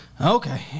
Okay